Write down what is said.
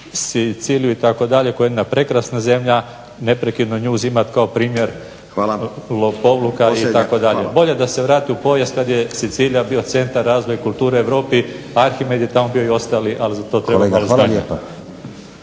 Hvala lijepa. Hvala.